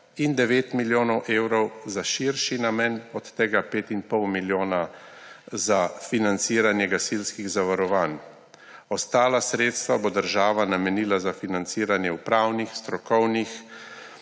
in 9 milijonov evrov za širši namen, od tega 5,5 milijona za financiranje gasilskih zavarovanj. Ostala sredstva bo država namenila za financiranje upravnih, strokovnih,